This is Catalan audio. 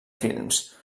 films